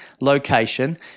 location